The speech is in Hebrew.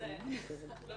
זה גם